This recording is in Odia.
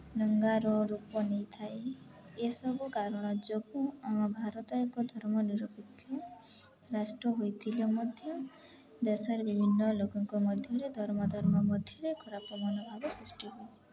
ଦଙ୍ଗାର ରୂପ ନେଇଥାଏ ଏସବୁ କାରଣ ଯୋଗୁଁ ଆମ ଭାରତ ଏକ ଧର୍ମ ନିରପେକ୍ଷ ରାଷ୍ଟ୍ର ହୋଇଥିଲେ ମଧ୍ୟ ଦେଶରେ ବିଭିନ୍ନ ଲୋକଙ୍କ ମଧ୍ୟରେ ଧର୍ମ ଧର୍ମ ମଧ୍ୟରେ ଖରାପ ମନୋଭାବରେ ସୃଷ୍ଟି ହୋଇଛିି